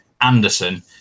Anderson